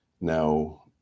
Now